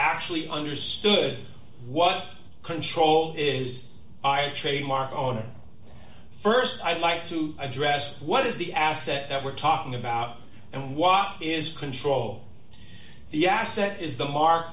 actually understood what control is i a trademark on st i'd like to address what is the asset that we're talking about and why is control the asset is the mark